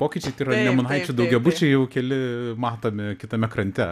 pokyčiai tai yra nemunaičio daugiabučiai jau keli matome kitame krante